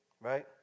Right